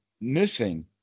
missing